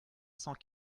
cent